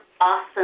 awesome